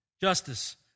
justice